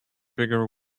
bigger